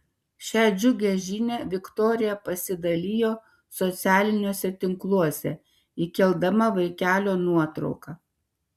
šia džiugia žinia viktorija pasidalijo socialiniuose tinkluose įkeldama vaikelio nuotrauką